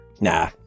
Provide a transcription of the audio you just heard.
Nah